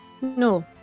No